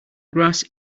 grass